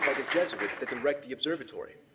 jesuits that direct the observatory.